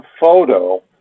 photo